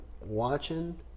watching